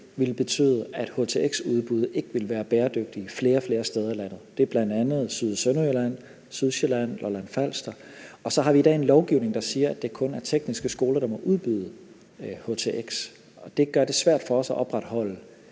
vil betyde, at htx-udbuddet ikke vil være bæredygtigt flere og flere steder i landet. Det er bl.a. i Syd- og Sønderjylland, Sydsjælland, Lolland-Falster. Og så har vi i dag en lovgivning, der siger, at det kun er tekniske skoler, der må udbyde htx, og det gør det svært for os at opretholde